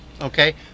okay